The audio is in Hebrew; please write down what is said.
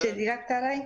דילגת עליי.